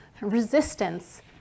resistance